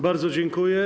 Bardzo dziękuję.